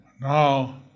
Now